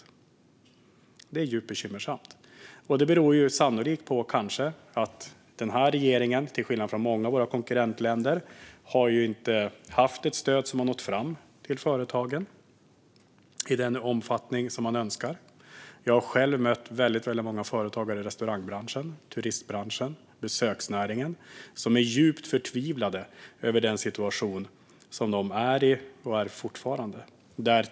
Detta är djupt bekymmersamt, och det beror kanske på att den här regeringen till skillnad från regeringarna i många av våra konkurrentländer inte har haft stöd som nått fram till företagen i den omfattning som man önskar. Jag har själv mött väldigt många företagare i restaurangbranschen, turistbranschen och besöksnäringen som är djupt förtvivlade över den situation som de fortfarande är i.